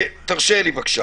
תרשה לי, בבקשה.